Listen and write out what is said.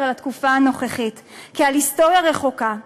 על התקופה הנוכחית כעל היסטוריה רחוקה.